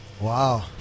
Wow